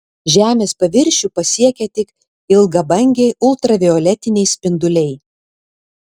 žemės paviršių pasiekia tik ilgabangiai ultravioletiniai spinduliai